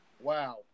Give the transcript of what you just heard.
Wow